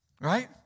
Right